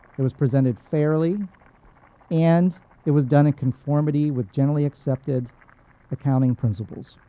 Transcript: it was presented fairly and it was done in conformity with generally accepted accounting principles.